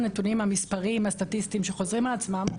הנתונים המספריים הסטטיסטיים שחוזרים על עצמם,